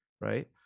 right